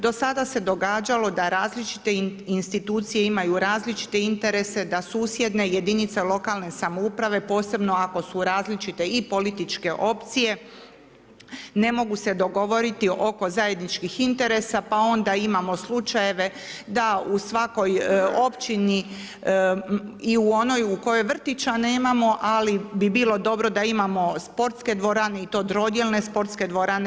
Do sada se događalo da različite institucije imaju različite interese, da susjedne jedinice lokalne samouprave posebno ako su različite i političke opcije ne mogu se dogovoriti oko zajedničkih interesa, pa onda imamo slučajeve da u svakoj općini i u onoj u kojoj vrtića nemamo, ali bi bilo dobro da imamo sportske dvorane i to trodjelne sportske dvorane.